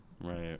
right